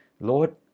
Lord